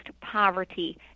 poverty